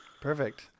Perfect